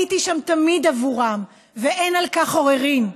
הייתי שם תמיד עבורם, ואין על כך עוררין.